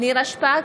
נירה שפק,